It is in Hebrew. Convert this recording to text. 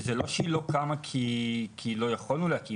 זה לא שהיא לא קמה כי לא יכולנו להקים.